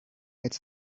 it’s